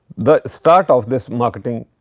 the start of this marketing